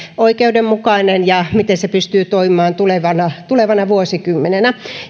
oikeudenmukainen ja miten se pystyy toimimaan tulevana vuosikymmenenä